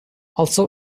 also